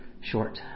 short